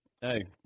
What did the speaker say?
hey